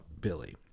Billy